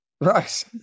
Right